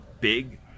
big